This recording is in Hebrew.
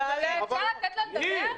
אפשר לתת לה לדבר?